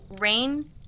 Rain